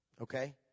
Okay